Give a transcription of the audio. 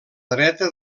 dreta